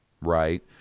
right